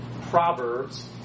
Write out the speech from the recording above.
Proverbs